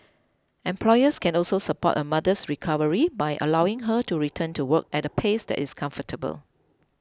employers can also support a mother's recovery by allowing her to return to work at a pace that is comfortable